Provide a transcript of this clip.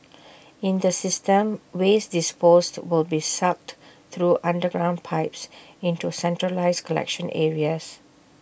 in the system waste disposed will be sucked through underground pipes into centralised collection areas